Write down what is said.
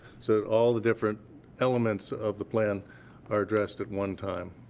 so all the different elements of the plan are addressed at one time.